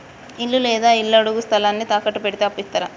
ఇల్లు లేదా ఇళ్లడుగు స్థలాన్ని తాకట్టు పెడితే అప్పు ఇత్తరా?